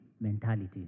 mentality